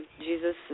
Jesus